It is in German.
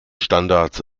standards